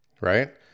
Right